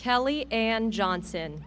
kelly and johnson